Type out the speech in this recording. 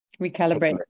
recalibrate